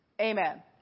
Amen